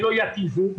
שלא יתיזו,